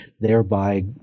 thereby